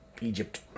Egypt